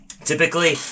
Typically